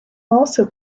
also